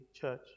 church